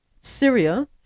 Syria